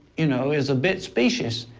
you know is a bit suspicious.